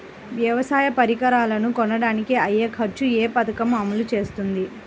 వ్యవసాయ పరికరాలను కొనడానికి అయ్యే ఖర్చు ఏ పదకము అమలు చేస్తుంది?